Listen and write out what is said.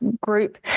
group